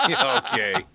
Okay